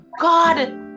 God